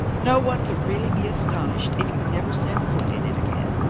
no one could really be astonished if you never set foot in it again.